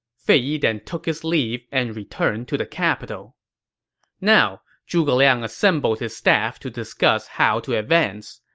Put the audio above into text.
fei yi then took his leave and returned to the capital now, zhuge liang assembled his staff to discuss how to advance.